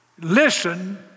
listen